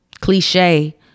cliche